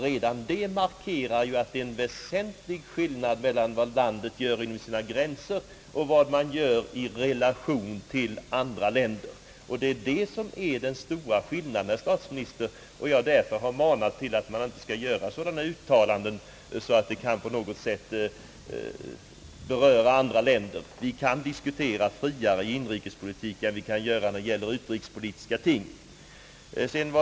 Redan det markerar att det är en väsentlig skillnad mellan vad landet gör inom sina gränser och vad det gör i relation till andra länder. Det är det som gör den stora skillnaden, herr statsminister, och jag har manat till försiktighet i uttalanden som på något sätt kan beröra andra länder. Vi kan diskutera friare i inrikespolitik än när det gäller utrikespolitiska ting.